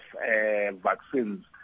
vaccines